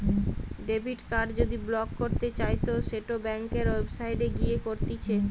debit card যদি block করতে চাইতো সেটো ব্যাংকের ওয়েবসাইটে গিয়ে করতিছে